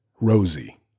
Rosie